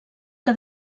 que